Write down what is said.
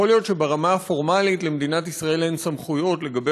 יכול להיות שברמה הפורמלית למדינת ישראל אין סמכויות לגבי